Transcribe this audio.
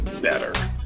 better